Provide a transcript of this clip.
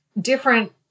different